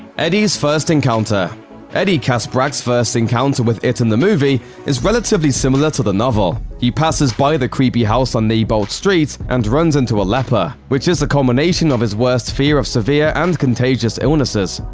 eddie's first encounter eddie kaspbrak's first encounter with it in the movie is relatively similar to the novel he passes by the creepy house on neibolt street and runs into a leper, which is the culmination of his worst fear of severe and contagious illnesses.